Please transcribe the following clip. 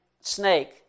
snake